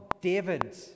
David